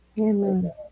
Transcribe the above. Amen